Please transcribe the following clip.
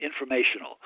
informational